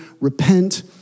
Repent